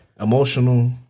emotional